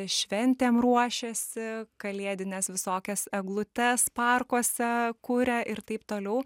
šventėm ruošiasi kalėdines visokias eglutes parkuose kuria ir taip toliau